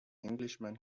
englishman